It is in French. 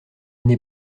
n’est